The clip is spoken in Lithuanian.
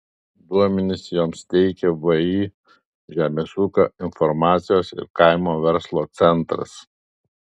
duomenis joms teikia vį žemės ūkio informacijos ir kaimo verslo centras